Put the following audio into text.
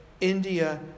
India